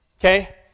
Okay